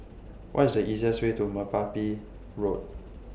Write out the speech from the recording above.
What IS The easiest Way to Merpati Road